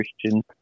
Christian